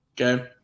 okay